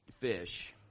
fish